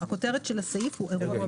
בעל היתר הפעלה, אושר פה אחד.